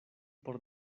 por